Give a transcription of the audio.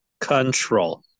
control